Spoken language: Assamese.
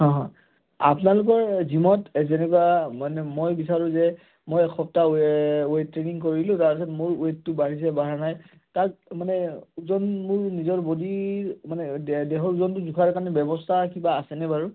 অঁ হয় আপোনালোকৰ জিমত যেনেকুৱা মানে মই বিচাৰোঁ যে মই এসপ্তাহ ৱেইট ট্ৰেইনিং কৰিলোঁ তাৰপিছত মোৰ ৱেইটটো বাঢ়িছে বাঢ়া নাই তাত মানে ওজন মোৰ নিজৰ বডীৰ মানে দেহৰ ওজনটো জোখাৰ কাৰণে ব্যৱস্থা কিবা আছেনে বাৰু